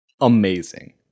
amazing